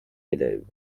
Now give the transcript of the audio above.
élèves